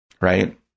right